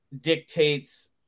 dictates